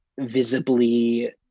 visibly